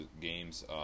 games